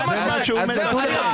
זה מה שאני אומר.